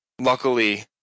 luckily